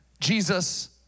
Jesus